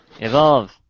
Evolve